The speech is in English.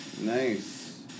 nice